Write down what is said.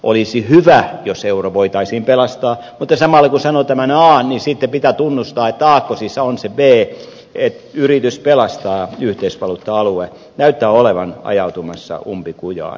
olisi hyvä jos euro voitaisiin pelastaa mutta samalla kun sanon tämän an pitää tunnustaa että aakkosissa on se b niin että yritys pelastaa yhteisvaluutta alue näyttää olevan ajautumassa umpikujaan